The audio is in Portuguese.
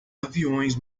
aviões